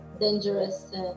dangerous